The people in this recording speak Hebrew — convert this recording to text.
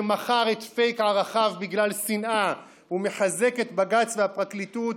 שמכר את פייק ערכיו בגלל שנאה ומחזק את בג"ץ והפרקליטות,